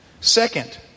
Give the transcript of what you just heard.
Second